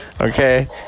okay